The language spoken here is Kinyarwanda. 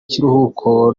kiruhuko